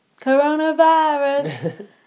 Coronavirus